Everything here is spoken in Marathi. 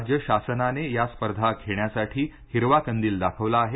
राज्य शासनाने या स्पर्धा घेण्यासाठी हिरवा कंदील दाखवला आहे